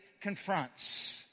confronts